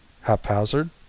haphazard